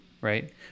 right